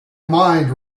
mind